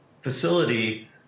facility